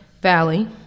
valley